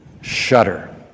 shudder